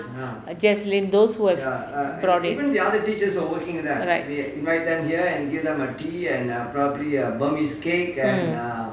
err jaslyn those who were brought in right mm